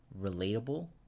relatable